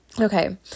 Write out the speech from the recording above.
Okay